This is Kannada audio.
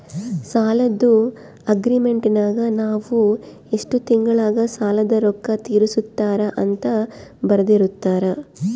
ಸಾಲದ್ದು ಅಗ್ರೀಮೆಂಟಿನಗ ನಾವು ಎಷ್ಟು ತಿಂಗಳಗ ಸಾಲದ ರೊಕ್ಕ ತೀರಿಸುತ್ತಾರ ಅಂತ ಬರೆರ್ದಿರುತ್ತಾರ